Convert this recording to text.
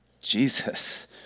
Jesus